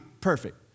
perfect